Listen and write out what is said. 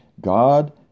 God